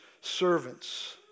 servants